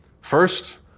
First